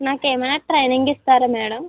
నాకు ఏమైనా ట్రైనింగ్ ఇస్తారా మేడం